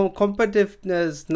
competitiveness